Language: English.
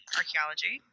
archaeology